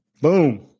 Boom